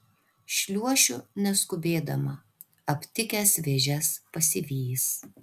šliuošiu neskubėdama aptikęs vėžes pasivys